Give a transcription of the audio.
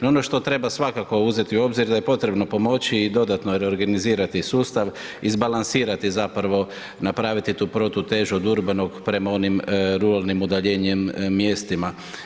No ono što treba svakako uzeti u obzir da je potrebno pomoći i dodatno reorganizirati sustav, izbalansirati zapravo napraviti tu protutežu od urbanog prema onim ruralnim udaljenijim mjestima.